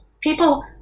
People